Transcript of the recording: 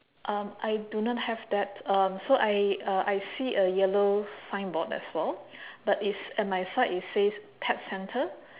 um I do not have that um so I uh I see a yellow signboard as well but it's at my side it says pet centre